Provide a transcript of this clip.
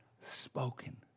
spoken